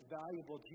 valuable